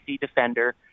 defender